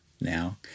now